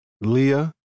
Leah